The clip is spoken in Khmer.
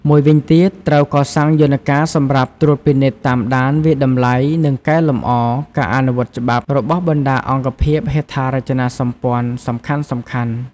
មួយវិញទៀត ត្រូវកសាងយន្តការ សម្រាប់ ត្រួតពិនិត្យ តាមដាន វាយតម្លៃ និង កែលម្អ ការអនុវត្តច្បាប់ របស់ បណ្តាអង្គភាពហេដ្ឋារចនាសម្ព័ន្ធសំខាន់ៗ។